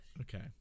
Okay